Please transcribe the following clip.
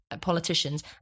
politicians